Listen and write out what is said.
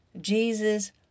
Jesus